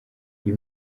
uyu